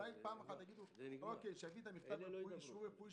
אולי יגידו: שיביא את המכתב עם אישור רפואי